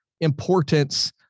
importance